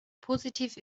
positiv